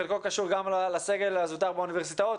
חלקו קשור גם לסגל הזוטר באוניברסיטאות,